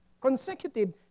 Consecutive